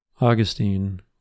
Augustine